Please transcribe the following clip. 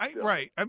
right